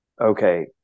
Okay